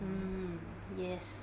mm yes